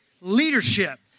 Leadership